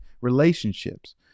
relationships